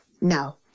No